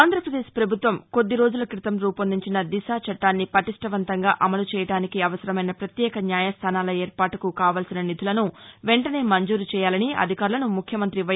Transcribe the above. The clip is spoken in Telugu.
ఆంధ్రప్రదేశ్ ప్రభుత్వం కొద్ది రోజుల క్రితం రూపొందించిన దిశ చట్టాన్ని పటిష్టవంతంగా అమలు చేయడానికి అవసరమైన ప్రత్యేక న్యాయస్థానాల ఏర్పాటుకు కావలసిన నిధులను వెంటనే మంజూరు చేయాలని అధికారులను ముఖ్యమంతి వై